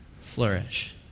flourish